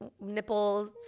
nipples